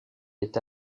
est